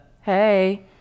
hey